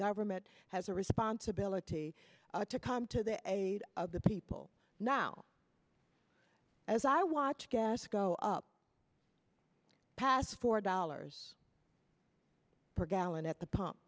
government has a responsibility to come to the aid of the people now as i watch gas go up past four dollars per gallon at the pump